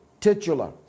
titular